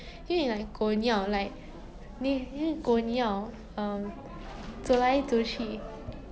因为 like 狗你要 like 你狗你要 like um 走来走去